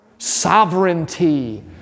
Sovereignty